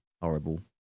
horrible